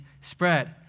spread